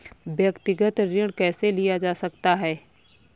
व्यक्तिगत ऋण कैसे लिया जा सकता है?